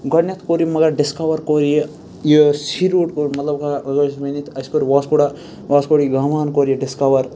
گۄڈٕنٮ۪تھ کوٚر یہِ مگر ڈِسکَوَر کوٚر یہِ یہِ سی روٗٹ کوٚر مَطلَب گس ؤنِتھ اَسہِ کوٚر واسکوڑا واسکوڑ یہِ گاماہَن کوٚر یہِ ڈِسکَوَر